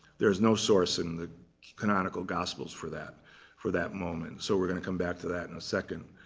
there is no source in the canonical gospels for that for that moment. so we're going to come back to that in a second.